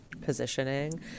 positioning